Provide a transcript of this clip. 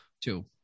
two